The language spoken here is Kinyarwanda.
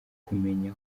kumenya